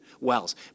wells